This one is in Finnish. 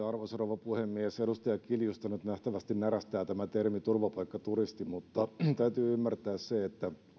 arvoisa rouva puhemies edustaja kiljusta nyt nähtävästi närästää tämä termi turvapaikkaturisti mutta täytyy ymmärtää se että